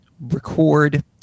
record